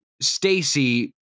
Stacy